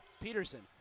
Peterson